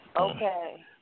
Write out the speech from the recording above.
Okay